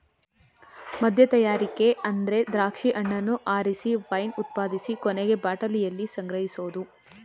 ಮದ್ಯತಯಾರಿಕೆ ಅಂದ್ರೆ ದ್ರಾಕ್ಷಿ ಹಣ್ಣನ್ನ ಆರಿಸಿ ವೈನ್ ಉತ್ಪಾದಿಸಿ ಕೊನೆಗೆ ಬಾಟಲಿಯಲ್ಲಿ ಸಂಗ್ರಹಿಸೋದು